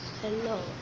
Hello